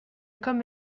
comme